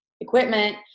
equipment